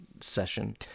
session